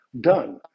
done